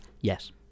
Yes